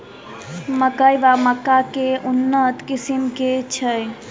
मकई वा मक्का केँ उन्नत किसिम केँ छैय?